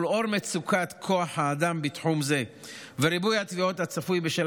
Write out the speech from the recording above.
ולנוכח מצוקת כוח האדם בתחום זה וריבוי התביעות הצפוי בשל